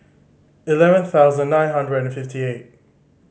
eleven thousand nine hundred fifty eight